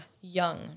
young